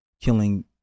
killing